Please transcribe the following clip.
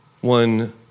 one